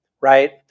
right